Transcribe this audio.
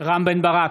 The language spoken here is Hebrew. רם בן ברק,